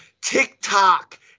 TikTok